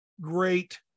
great